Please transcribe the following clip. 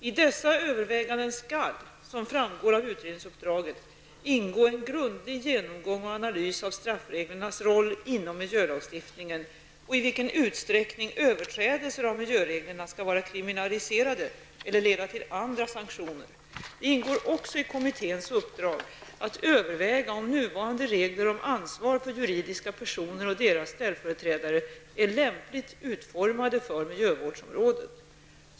I dessa överväganden skall, som framgår av utredningsuppdraget, ingå en grundlig genomgång och analys av straffreglernas roll inom miljölagstiftningen och i vilken utsträckning överträdelser av miljöreglerna skall vara kriminaliserade eller leda till andra sanktioner. Det ingår också i kommitténs uppdrag att överväga om nuvarande regler om ansvar för juridiska personer och deras ställföreträdare är lämpligt utformade för miljövårdsområdet.